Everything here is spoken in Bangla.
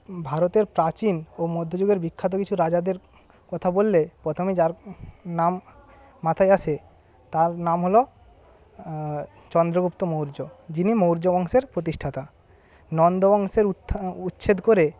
ভারতের প্রাচীন ও মধ্যযুগের বিখ্যাত কিছু রাজাদের কথা বললে প্রথমে যার নাম মাথায় আসে তাঁর নাম হল চন্দ্রগুপ্ত মৌর্য যিনি মৌর্য বংশের প্রতিষ্ঠাতা নন্দ বংশের উচ্ছেদ করে